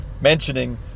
mentioning